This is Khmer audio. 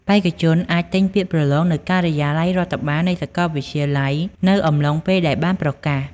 បេក្ខជនអាច ទិញពាក្យប្រឡងនៅការិយាល័យរដ្ឋបាល នៃសាកលវិទ្យាល័យនៅអំឡុងពេលដែលបានប្រកាស។